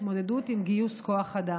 התמודדות עם גיוס כוח אדם.